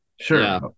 Sure